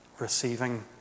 receiving